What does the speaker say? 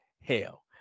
hell